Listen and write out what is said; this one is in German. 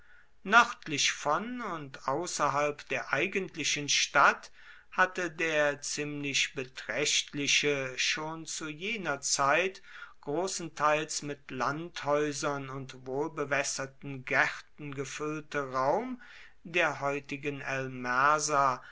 nördlich von und außerhalb der eigentlichen stadt hatte der ziemlich beträchtliche schon zu jener zeit großenteils mit landhäusern und wohlbewässerten gärten gefüllte raum der heutigen